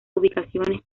ubicaciones